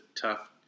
tough